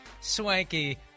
swanky